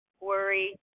worry